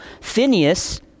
Phineas